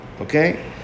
Okay